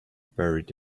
buried